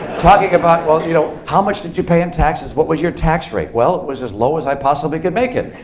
talking about, well, you know how much did you pay in taxes? what was your tax rate? well, it was as low as i possibly could make it,